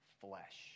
flesh